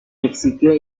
mexicaine